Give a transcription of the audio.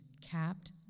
capped